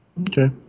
okay